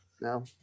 No